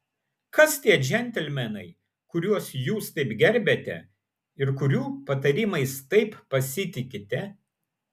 kas tie džentelmenai kuriuos jūs taip gerbiate ir kurių patarimais taip pasitikite